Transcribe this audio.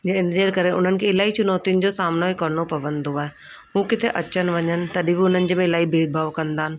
जंहिं करे उन्हनि खे इलाही चुनौतियुनि जो सामिनो करिणो पवंदो आ हेहू किथे अचनि वञनि तॾहिं बि हुननि जे में इलाही भेदभाव कंदा आहिनि